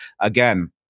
again